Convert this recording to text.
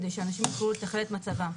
כדי שאנשים יוכלו לתכלל את מצבם.